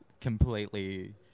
completely